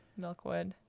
Milkwood